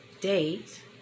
date